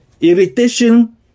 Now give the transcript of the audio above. irritation